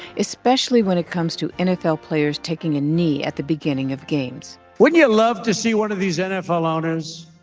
especially when it comes to nfl players taking a knee at the beginning of games wouldn't you love to see one of these nfl owners,